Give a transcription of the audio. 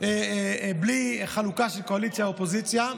בלי חלוקה לקואליציה ולאופוזיציה.